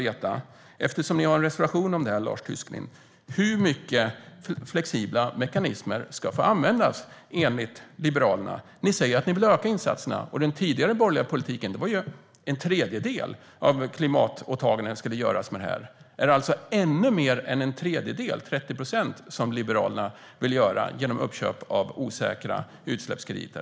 Eftersom ni har en reservation om det här, Lars Tysklind, undrar jag: Hur många flexibla mekanismer ska få användas enligt Liberalerna? Ni säger att ni vill öka insatserna. Den tidigare borgerliga politiken var ju att en tredjedel av klimatåtagandena skulle göras med det här. Är det alltså ännu mer än en tredjedel, 30 procent, som Liberalerna vill göra genom uppköp av osäkra utsläppskrediter?